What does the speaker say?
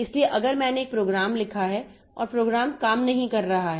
इसलिए अगर मैंने एक प्रोग्राम लिखा है और प्रोग्राम काम नहीं कर रहा है